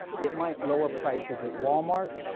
it might lower prices at walmart,